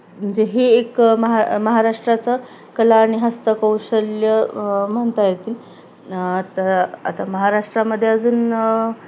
म्हणजे हे एक महा महाराष्ट्राचं कला आणि हस्तकौशल्य म्हणता येतील आता आता महाराष्ट्रामध्ये अजून